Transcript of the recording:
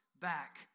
back